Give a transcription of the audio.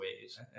ways